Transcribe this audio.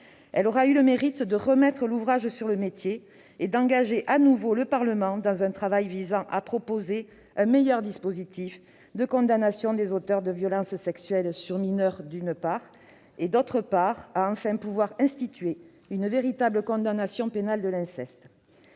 Elle aura eu le mérite de remettre l'ouvrage sur le métier et d'engager de nouveau le Parlement dans un travail visant, d'une part, à proposer un meilleur dispositif de condamnation des auteurs de violences sexuelles sur mineur et, d'autre part, à enfin pouvoir instituer une véritable condamnation pénale de l'inceste.